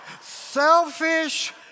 Selfish